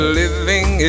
living